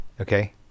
Okay